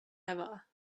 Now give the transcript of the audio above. ever